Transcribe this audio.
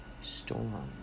storm